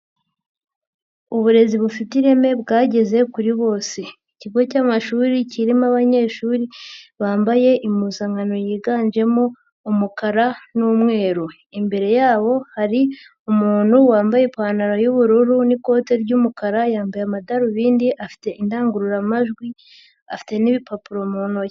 Uburezi bufite ireme bwageze kuri bose, ikigo cy'amashuri kirimo abanyeshuri bambaye impuzankano yiganjemo umukara n'umweru, imbere yabo hari umuntu wambaye ipantaro y'ubururu n'ikote ry'umukara yambaye amadarubindi afite indangururamajwi afite n'ibipapuro mu ntoki.